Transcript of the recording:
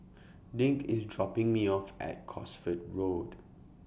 Dink IS dropping Me off At Cosford Road